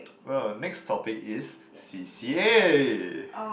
well next topic is c_c_a